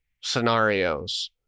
scenarios